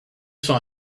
saw